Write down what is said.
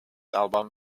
album